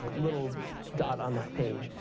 ah little dot on that page.